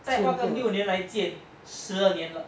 再花个六年来建十二年了